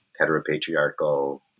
heteropatriarchal